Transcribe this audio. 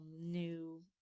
new